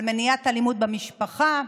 על מניעת אלימות במשפחה,